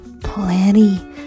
Plenty